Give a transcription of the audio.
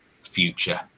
future